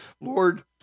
Lord